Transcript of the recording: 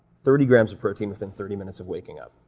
thirty grams of protein within thirty minutes of waking up,